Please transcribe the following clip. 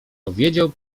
powiedział